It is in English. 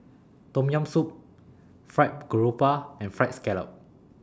Tom Yam Soup Fried Garoupa and Fried Scallop